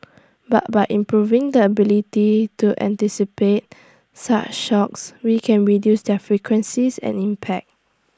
but by improving the ability to anticipate such shocks we can reduce their frequencies and impact